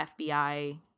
FBI